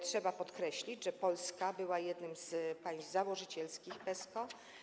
Trzeba podkreślić, że Polska była jednym z państw założycielskich PESCO.